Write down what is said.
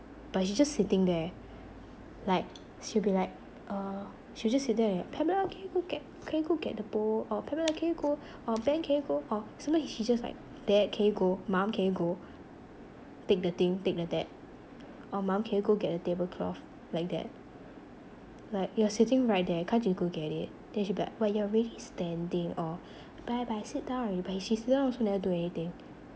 but she's just sitting there like she'll be like uh she'll just sit there and pamela can you go get can you go get the bowl or pamela can you go um pamela can you go sometimes she's just like dad can you go mum can you go take the thing take the tap or mum can you go get the table cloth like that like you were sitting right there can't you go get it then she'll be like but you're already standing or but but I sit down already she sit down also never do anything